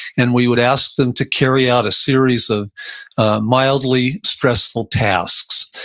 and we would ask them to carry out a series of mildly stressful tasks,